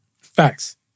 Facts